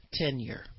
tenure